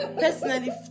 Personally